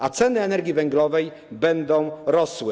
A ceny energii węglowej będą rosły.